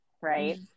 right